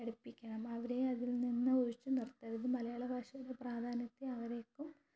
പഠിപ്പിക്കാം അവരേയും അതിൽ നിന്ന് ഒഴിച്ച് നിർത്തരുത് മലയാള ഭാഷയുടെ പ്രാധാന്യത്തെ അവർക്കും